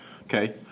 Okay